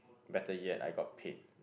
better yet I got paid